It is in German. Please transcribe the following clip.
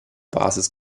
basis